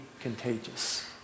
contagious